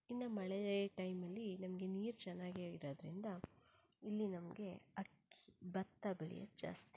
ಇನ್ನು ಮಳೆ ಟೈಮಲ್ಲಿ ನಮಗೆ ನೀರು ಚೆನ್ನಾಗೇ ಇರೋದ್ರಿಂದ ಇಲ್ಲಿ ನಮಗೆ ಅಕ್ಕಿ ಭತ್ತ ಬೆಳೆಯದು ಜಾಸ್ತಿ